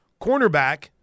cornerback